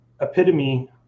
epitome